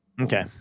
Okay